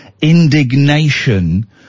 indignation